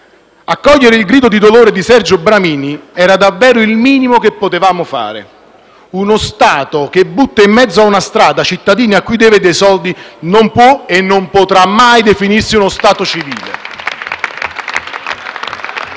Accogliere il grido di dolore di Sergio Bramini era davvero il minimo che potevamo fare. Uno Stato che butta in mezzo a una strada i cittadini cui deve dei soldi non può e non potrà mai definirsi uno Stato civile.